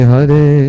Hare